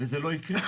וזה לא יקרה.